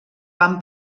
van